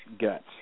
guts